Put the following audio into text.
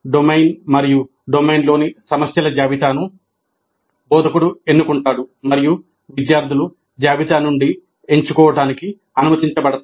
domain మరియు డొమైన్లోని సమస్యల జాబితాను బోధకుడు ఎన్నుకుంటాడు మరియు విద్యార్థులు జాబితా నుండి ఎంచుకోవడానికి అనుమతించబడతారు